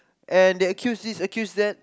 and they accuse this accuse that